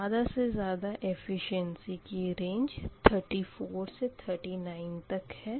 ज़्यादा से ज़्यादा एफ़िशीनसी की रेंज 34 से 39 तक है